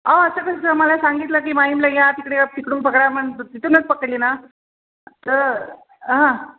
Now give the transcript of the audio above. अहो असं कसं मला सांगितलं की माहीमला या तिकडे तिकडून पकडा मग तिथूनच पकडली ना तर हां